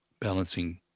balancing